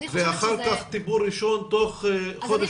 ואחר כך טיפול ראשון תוך חודש עד חודש וחצי.